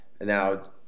now